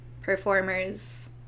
performers